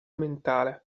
mentale